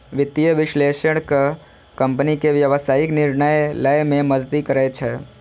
वित्तीय विश्लेषक कंपनी के व्यावसायिक निर्णय लए मे मदति करै छै